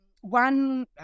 One